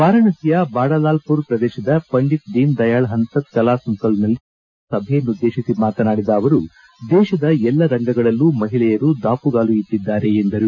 ವಾರಾಣಸಿಯ ಬಾಡಾಲಾಲ್ಮರ್ ಪ್ರದೇಶದ ಪಂಡಿತ್ ದೀನ್ ದಯಾಳ್ ಹನ್ಸ್ತ್ ಕಲಾ ಸಂಕುಲ್ನಲ್ಲಿ ಸಾರ್ವಜನಿಕ ಸಭೆಯನ್ನುದ್ದೇಶಿಸಿ ಮಾತನಾಡಿದ ಅವರು ದೇಶದ ಎಲ್ಲ ರಂಗಗಳಲ್ಲೂ ಮಹಿಳೆಯರು ದಾಪುಗಾಲು ಇಟ್ಟದ್ದಾರೆ ಎಂದರು